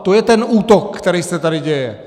To je ten útok, který se tady děje.